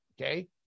okay